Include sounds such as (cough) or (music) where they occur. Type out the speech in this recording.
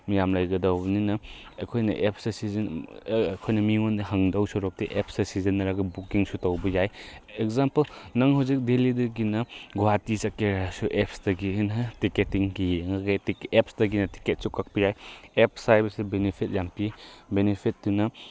ꯃꯤꯌꯥꯝ ꯂꯩꯒꯗꯧꯕꯅꯤꯅ ꯑꯩꯈꯣꯏꯅ ꯑꯦꯞꯁꯦ ꯑꯩꯈꯣꯅ ꯃꯤꯉꯣꯟꯗ ꯍꯧꯗꯧ ꯁꯔꯨꯛꯇꯤ ꯑꯦꯞꯁꯁꯦ ꯁꯤꯖꯤꯟꯅꯔꯒ ꯕꯨꯛꯀꯤꯡꯁꯨ ꯇꯧꯕ ꯌꯥꯏ ꯑꯦꯛꯖꯥꯝꯄꯜ ꯅꯪ ꯍꯧꯖꯤꯛ ꯗꯦꯜꯂꯤꯗꯒꯤꯅ ꯒꯨꯍꯥꯇꯤ ꯆꯠꯀꯦ ꯍꯥꯏꯔꯁꯨ ꯑꯦꯞꯁꯇꯒꯤ (unintelligible) ꯇꯤꯀꯦꯠꯇꯤꯡꯒꯤ ꯌꯦꯡꯉꯒ ꯑꯦꯞꯁꯇꯒꯤꯅ ꯇꯤꯀꯦꯠꯁꯨ ꯀꯛꯄ ꯌꯥꯏ ꯑꯦꯞꯁ ꯍꯥꯏꯕꯁꯦ ꯕꯦꯅꯤꯐꯤꯠ ꯌꯥꯝ ꯄꯤ ꯕꯦꯅꯤꯐꯤꯠꯇꯨꯅ